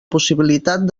possibilitat